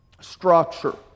structure